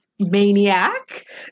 maniac